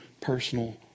personal